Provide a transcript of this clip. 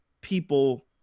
people